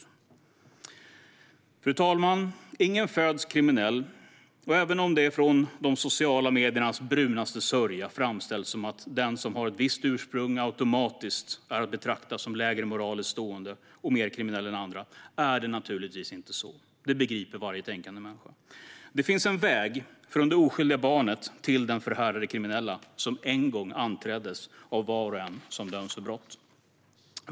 Fru talman! Ingen föds kriminell, och även om det från de sociala mediernas brunaste sörja framställs som att den som har ett visst ursprung automatiskt är att betrakta som lägre moraliskt stående och mer kriminell än andra är det naturligtvis inte så; det begriper varje tänkande människa. Det finns en väg från det oskyldiga barnet till den förhärdade kriminella som en gång anträddes av var och en som döms för brott.